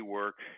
work